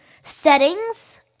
Settings